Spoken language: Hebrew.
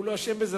הוא לא אשם בזה.